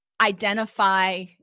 identify